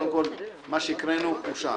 קודם כול, מה שהקראנו אושר.